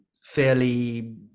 fairly